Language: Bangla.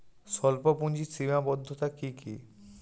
স্বল্পপুঁজির সীমাবদ্ধতা কী কী?